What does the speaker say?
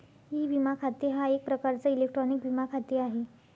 E विमा खाते हा एक प्रकारचा इलेक्ट्रॉनिक विमा खाते आहे